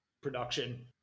production